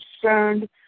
concerned